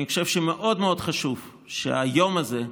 אני חושב שמאוד מאוד חשוב שביום הזה,